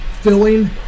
Filling